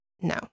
No